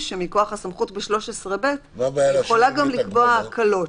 שמכוח הסמכות ב-13(ב) היא יכולה גם לקבוע הקלות,